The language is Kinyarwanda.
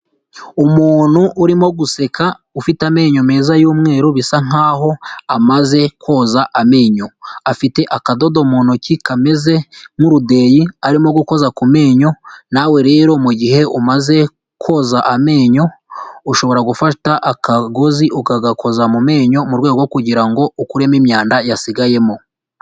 Umuntu urimo guseka, ufite amenyo meza y'umweru, bisa nk'aho amaze koza amenyo. Afite akadodo mu ntoki, kameze nk'urudeyi arimo gukoza ku menyo, nawe rero mu gihe umaze koza amenyo, ushobora gufata akagozi ukagakoza mu menyo, mu rwego rwo kugira ngo ukuremo imyanda yasigayemo.